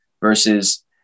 versus